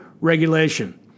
regulation